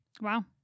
Wow